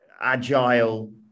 agile